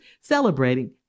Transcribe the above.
celebrating